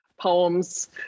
poems